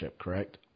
correct